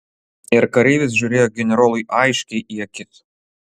ir kareivis žiūrėjo generolui aiškiai į akis